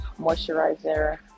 moisturizer